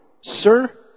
Sir